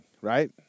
right